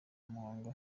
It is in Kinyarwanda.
muhanga